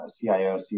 CIO